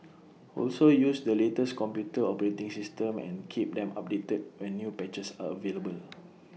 also use the latest computer operating system and keep them updated when new patches are available